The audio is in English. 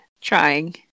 trying